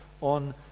on